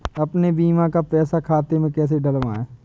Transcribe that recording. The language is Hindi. अपने बीमा का पैसा खाते में कैसे डलवाए?